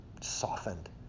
softened